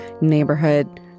neighborhood